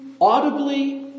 audibly